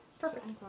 perfect